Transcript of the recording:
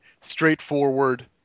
straightforward